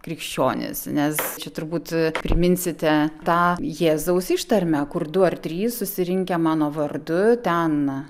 krikščionys nes čia turbūt priminsite tą jėzaus ištarmę kur du ar trys susirinkę mano vardu ten